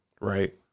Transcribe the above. right